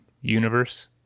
universe